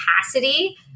capacity